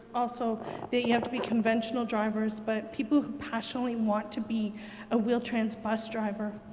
also they have to be conventional drivers but people who passionately want to be a wheel-trans bus driver.